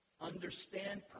understand